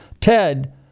Ted